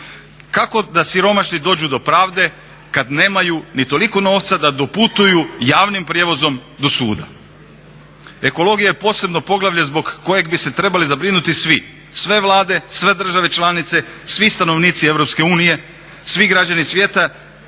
Kako da siromašni dođu do pravde kad nemaju ni toliko novca da doputuju javnim prijevozom do suda? Ekologija je posebno poglavlje zbog kojeg bi se trebali zabrinuti svi, sve vlade, sve države članice, svi stanovnici EU, svi građani svijeta